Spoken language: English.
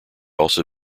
also